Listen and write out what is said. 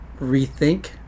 Rethink